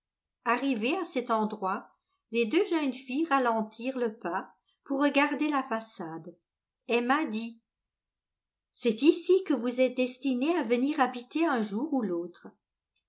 arrivées à cet endroit les deux jeunes filles ralentirent le pas pour regarder la façade emma dit c'est ici que vous êtes destinée à venir habiter un jour ou l'autre